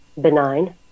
benign